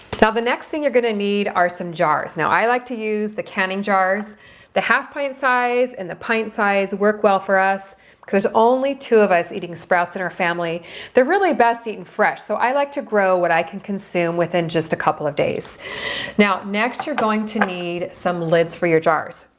now. the next thing you're gonna need are some jars now i like to use the canning jars the half pint size and the pint size work well for us because only two of us eating sprouts and our family they're really best eaten fresh so i like to grow what i can consume within just a couple of days now next you're going to need some lids for your jars,